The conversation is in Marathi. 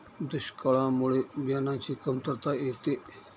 दुष्काळामुळे बियाणांची कमतरता येते